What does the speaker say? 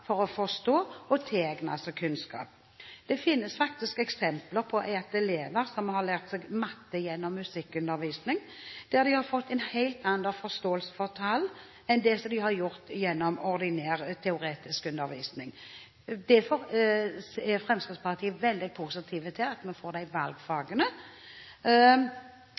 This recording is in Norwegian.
for å forstå og tilegne seg kunnskap. Det finnes faktisk eksempler på at elever har lært seg matte gjennom musikkundervisning, der de har fått en helt annen forståelse for tall enn de har fått gjennom ordinær teoretisk undervisning. Derfor er Fremskrittspartiet veldig positive til at vi får disse valgfagene.